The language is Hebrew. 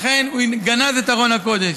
הוא גנז את ארון הקודש.